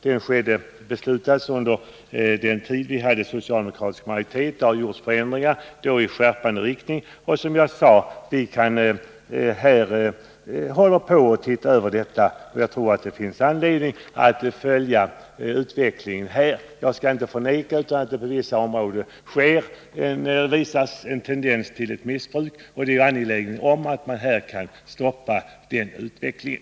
Den fastställdes under den tid då vi hade socialdemokratisk majoritet. Det har gjorts förändringar i skärpande riktning. Som jag nämnde förut. håller man på att se över detta spörsmål. Visst finns det anledning att uppmärksamt följa utvecklingen. På vissa områden finns en tendens till missbruk, och vi är angelägna om att stoppa den utvecklingen.